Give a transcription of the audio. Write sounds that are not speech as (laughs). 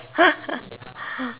(laughs)